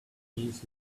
incidents